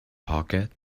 pocket